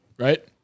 Right